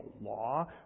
law